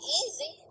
easy